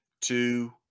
two